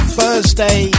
Thursday